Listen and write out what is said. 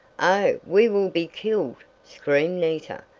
oh, we will be killed! screamed nita,